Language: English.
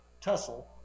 tussle